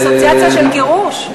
אסוציאציה של גירוש.